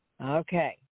Okay